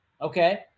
Okay